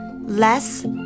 less